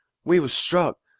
we was struck.